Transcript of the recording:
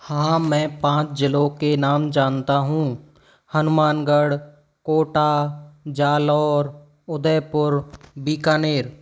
हाँ मैं पाँच ज़िलो के नाम जानता हूँ हनुमानगढ़ कोटा जालौर उदयपुर बीकानेर